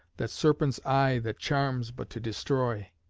that serpent's eye that charms but to destroy.